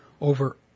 over